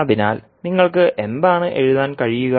അതിനാൽ നിങ്ങൾക്ക് എന്താണ് എഴുതാൻ കഴിയുക